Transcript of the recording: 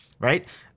Right